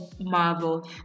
Marvel